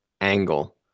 angle